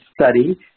study